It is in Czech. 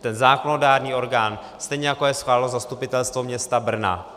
ten zákonodárný orgán, stejně jako je schválilo zastupitelstvo města Brna.